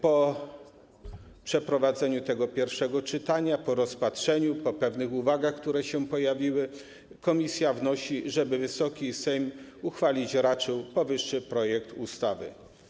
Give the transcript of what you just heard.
Po przeprowadzeniu tego pierwszego czytaniu, po rozpatrzeniu, po pewnych uwagach, które się pojawiły, komisja wnosi, aby Wysoki Sejm uchwalić raczył powyższy projekt ustawy.